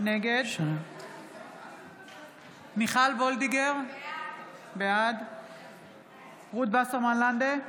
נגד מיכל וולדיגר, בעד רות וסרמן לנדה,